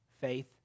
faith